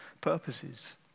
purposes